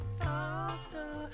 doctor